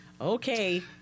okay